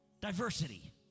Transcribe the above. Diversity